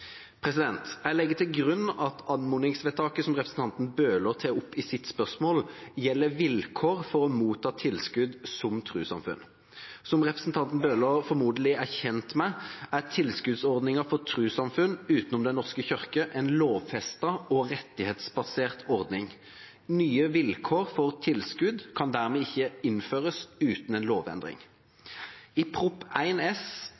Jeg legger til grunn at anmodningsvedtaket som representanten Bøhler tar opp i sitt spørsmål, gjelder vilkår for å motta tilskudd som trossamfunn. Som representanten Bøhler formodentlig er kjent med, er tilskuddsordningen for trossamfunn utenom Den norske kirke en lovfestet og rettighetsbasert ordning. Nye vilkår for tilskudd kan dermed ikke innføres uten en lovendring. I Prop. 1 S